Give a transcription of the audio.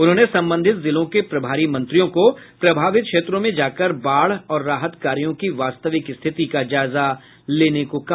उन्होंने संबंधित जिलों के प्रभारी मंत्रियों को प्रभावित क्षेत्रों में जाकर बाढ़ और राहत कार्यों की वास्तविक स्थिति का जायजा लेने को कहा